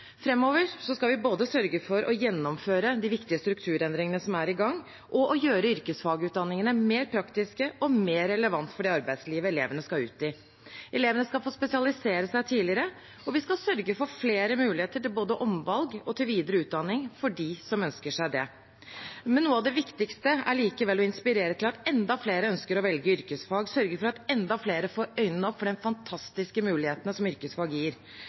skal vi sørge for både å gjennomføre de viktige strukturendringene som er i gang, og å gjøre yrkesfagutdanningene mer praktiske og mer relevante for det arbeidslivet elevene skal ut i. Elevene skal få spesialisere seg tidligere, og vi skal sørge for flere muligheter både til omvalg og til videre utdanning, for dem som måtte ønske seg det. Noe av det viktigste er likevel å inspirere til at enda flere ønsker å velge yrkesfag, sørge for at enda flere får øynene opp for de fantastiske mulighetene som yrkesfag gir.